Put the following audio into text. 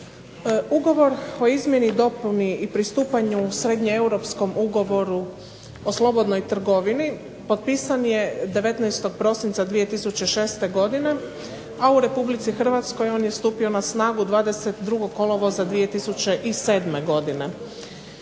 Ugovor o izmjeni i dopuni i pristupanju Srednjeeuropskom ugovoru o slobodnoj trgovini potpisan je 19. prosinca 2006. godine, a u Republici Hrvatskoj on je stupio na snagu 22. kolovoza 2007. godine.